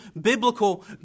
biblical